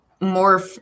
more